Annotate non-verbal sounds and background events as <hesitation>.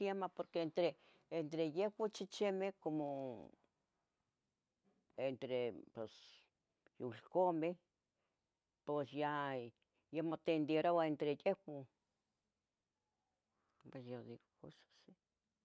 Quiemah porque entre, <hesitation> entre yehuan chichimeh como, entre pos yulcomeh, pos ya, ya motenderouah entre yehuan. Ompa yo digo cosas sì.